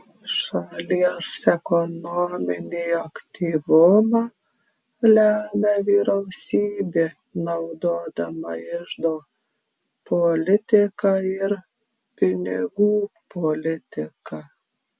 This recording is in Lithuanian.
šalies ekonominį aktyvumą lemia vyriausybė naudodama iždo politiką ir pinigų politiką